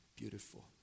beautiful